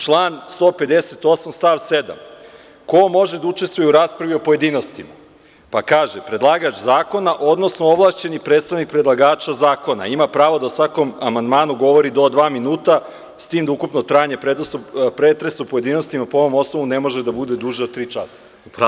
Član 158. stav 7. ko može da učestvuje u raspravi o pojedinostima, pa kaže – predlagač zakona, odnosno ovlašćeni predstavnik predlagača zakona ima pravo da o svakom amandmanu govori do dva minuta, s tim da ukupno trajanje pretresa u pojedinostima, po ovom osnovu ne može da bude duže od tri časa.